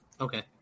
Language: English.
Okay